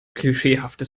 klischeehaftes